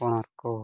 ᱚᱱᱟ ᱠᱚ